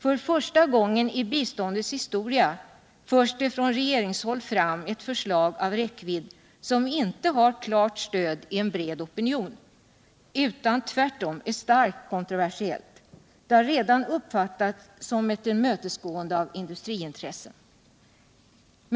För första gången ibiståndets historia förs det från regeringshåll fram ett förslag av en räckvidd som inte har klart stöd i en bred opinion, utan tvärtom är starkt kontroversiell. Det har redan uppfattats som ett tillmötesgående av industriintressen.